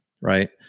Right